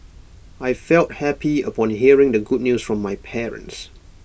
I felt happy upon hearing the good news from my parents